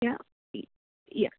या या